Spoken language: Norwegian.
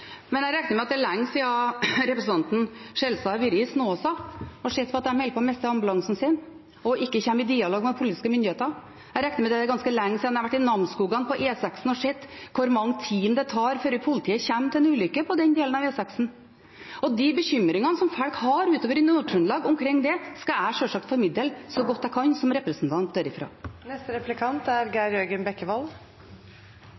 Men jeg regner med at det er lenge siden representanten Skjelstad har vært i Snåsa og sett at de holder på å miste ambulansen sin og ikke kommer i dialog med politiske myndigheter. Jeg regner med at det er ganske lenge siden han har vært på E6 i Namsskogan og sett hvor mange timer det tar før politiet kommer til en ulykke på den delen av E6. Og de bekymringene folk utover i Nord-Trøndelag har omkring det, skal jeg som representant derfra sjølsagt formidle så godt jeg kan.